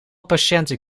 patiënten